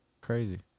crazy